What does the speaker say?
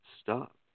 stop